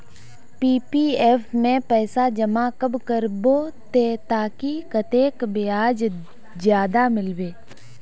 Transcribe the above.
PPF में पैसा जमा कब करबो ते ताकि कतेक ब्याज ज्यादा मिलबे?